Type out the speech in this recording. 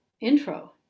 intro